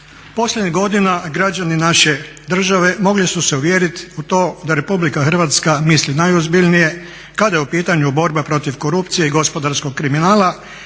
Posljednjih godina građani naše države mogli su se uvjeriti u to da RH misli najozbiljnije kada je u pitanju borba protiv korupcije i gospodarskog kriminala,